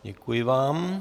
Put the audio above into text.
Děkuji vám.